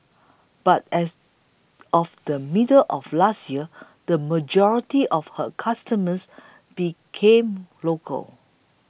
but as of the middle of last year the majority of her customers became local